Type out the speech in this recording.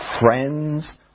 friends